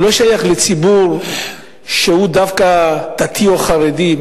שלא שייך לציבור שהוא דווקא דתי או חרדי,